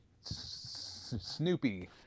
Snoopy